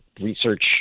research